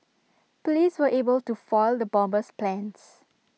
Police were able to foil the bomber's plans